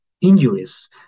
injuries